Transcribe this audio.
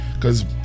cause